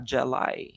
July